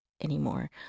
Anymore